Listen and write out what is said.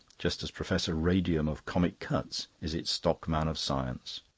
just as professor radium of comic cuts is its stock man of science.